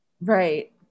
right